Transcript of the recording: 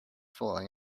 falling